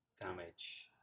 damage